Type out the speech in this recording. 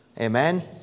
Amen